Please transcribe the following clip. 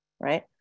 right